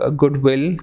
goodwill